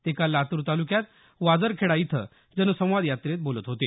ते काल लातूर तालुक्यात वाजरखेडा इथं जनसंवाद यात्रेत ते बोलत होते